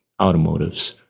automotives